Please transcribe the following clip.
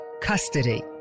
custody